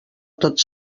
tots